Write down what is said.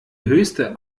höchste